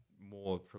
more